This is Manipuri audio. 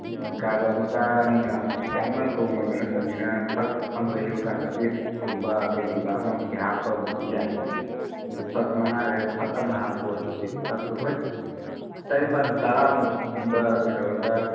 ꯎꯝ ꯀꯔꯕꯥꯔ ꯃꯆꯥꯅꯤꯅ ꯌꯥꯝꯅ ꯇꯣꯡꯂꯨꯕ ꯅꯠꯇꯕꯅꯤꯅ ꯐꯛ ꯑꯃ ꯂꯩꯕ ꯀꯥꯟꯗ ꯕꯦꯒ ꯀꯨꯝꯕ ꯀꯩꯒꯨꯝꯕ ꯑꯃꯕꯨꯗꯤ ꯍꯥꯞꯄꯕꯨꯗꯤ ꯌꯥꯏ ꯑꯗꯨ ꯐꯛ ꯃꯉꯥ ꯂꯩꯔꯒ ꯐꯛ ꯑꯃ ꯍꯥꯞꯄꯣꯗꯨꯗꯤ ꯐꯛꯇꯨ ꯍꯣꯏ ꯇꯔꯦꯠ ꯅꯤꯄꯥꯜ ꯇꯔꯥꯃꯨꯛ ꯀꯨꯝꯕ ꯀꯩꯗꯧꯔꯒ